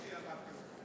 יש לי אחת כזאת.